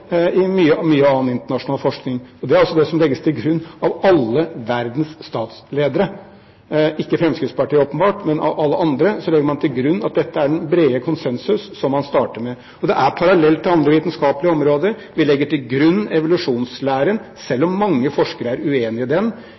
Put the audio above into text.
i klimapanelet og i mye annen internasjonal forskning. Det er også det som legges til grunn av alle verdens statsledere – ikke av Fremskrittspartiet åpenbart, men alle andre legger til grunn at dette er den brede konsensus som man starter med. Det er en parallell til andre vitenskapelige områder. Vi legger til grunn evolusjonslæren, selv om mange forskere er uenig i den.